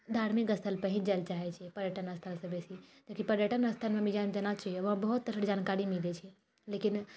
धार्मिक स्थलपर ही जाइ लेऽ चाहै छै पर्यटन स्थलसे बेसी लेकिन पर्यटन स्थलमे भी जाइ लेऽ देना चाही वहाँ बहुत तरहके जानकारी मिलै छै लेकिन